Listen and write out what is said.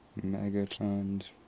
Megatons